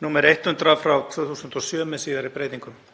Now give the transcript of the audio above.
nr. 100/2007, með síðari breytingum.